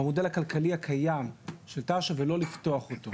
הכלכלי הקיים של תש"ן ולא לפתוח אותו.